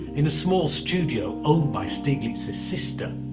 in a small studio owned by stieglitz's sister.